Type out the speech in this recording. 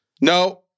No